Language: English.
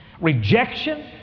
Rejection